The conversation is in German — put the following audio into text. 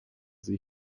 sie